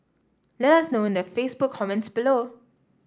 let us know in the Facebook comments below